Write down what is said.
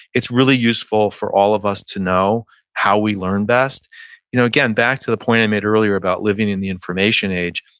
it's really useful for all of us to know how we learn best you know again, back to the point i made earlier about living in the information age.